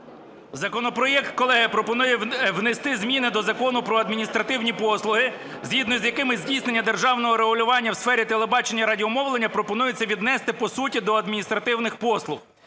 Законопроект, колеги, пропонує внести зміни до Закону "Про адміністративні послуги", згідно з якими здійснення державного регулювання в сфері телебачення і радіомовлення пропонується віднести по суті до адміністративних послуг.